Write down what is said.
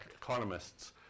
economists